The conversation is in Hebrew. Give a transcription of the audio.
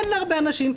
אין להרבה אנשים.